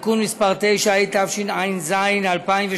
(תיקון מס' 9), התשע"ז 2017,